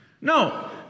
No